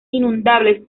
inundables